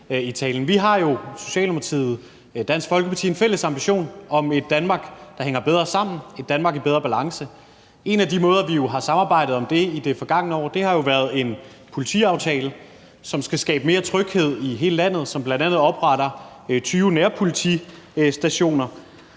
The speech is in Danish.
Vi har jo i Socialdemokratiet og Dansk Folkeparti en fælles ambition om et Danmark, der hænger bedre sammen, et Danmark i bedre balance. En af de måder, vi har samarbejdet på om det i det forgangne år, har jo været i forhold til en politiaftale, som skal skabe mere tryghed i hele landet, og som bl.a. opretter 20 nærpolitistationer.